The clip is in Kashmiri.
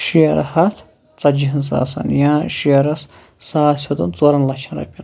شِیر ہَتھ ژتجتی ہَن ساسَن یا شِیرَس ساس ہیوٚتُن ژورَن لَچھَن رۄپیَن